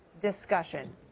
discussion